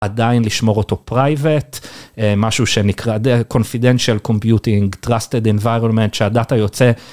עדיין לשמור אותו Private, משהו שנקרא Confidential Computing Trusted Environment שהדאטה יוצא.